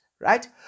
right